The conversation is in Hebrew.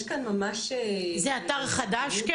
זה אתר חדש?